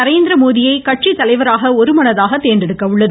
நரேந்திரமோதியை கட்சி தலைவராக ஒருமனதாக தேர்ந்தெடுக்க உள்ளது